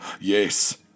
Yes